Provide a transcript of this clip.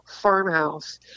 farmhouse